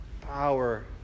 power